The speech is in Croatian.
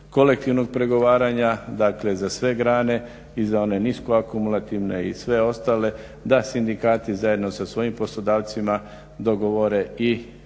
kolektivnog pregovaranja, dakle za sve grane i za one nisko akumulativne i sve ostale, da sindikati zajedno sa svojim poslodavcima dogovore i